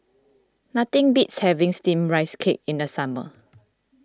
nothing beats having Steamed Rice Cake in the summer